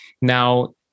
Now